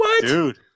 dude